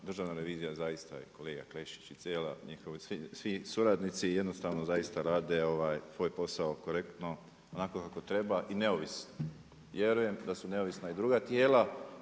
Državna revizija zaista i kolega Klešić i njihovi svi suradnici jednostavno zaista rade svoj posao korektno, onako kako treba, i neovisno. Vjerujem da su neovisna i druga tijela,